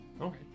Okay